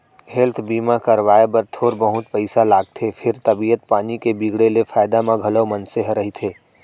health बीमा करवाए बर थोर बहुत पइसा लागथे फेर तबीयत पानी के बिगड़े ले फायदा म घलौ मनसे ह रहिथे